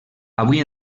avui